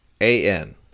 A-N